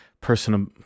personal